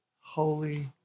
holy